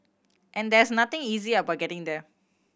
and there's nothing easy about getting there